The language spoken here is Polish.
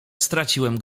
straciłem